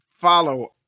follow